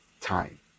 time